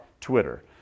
Twitter